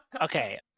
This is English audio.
Okay